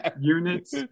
units